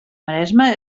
maresme